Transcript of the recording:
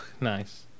Nice